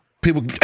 people